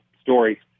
story